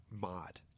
mod